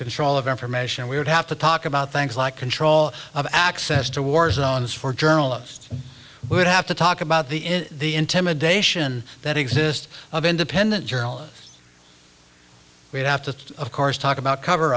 control of information we would have to talk about things like control of access to war zones for journalists would have to talk about the is the intimidation that exists of independent journalists we have to of course talk about cover